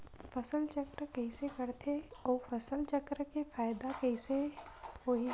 फसल चक्र कइसे करथे उ फसल चक्र के फ़ायदा कइसे से होही?